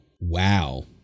Wow